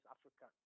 Africa